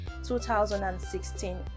2016